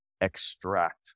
extract